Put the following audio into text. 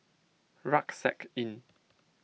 Rucksack Inn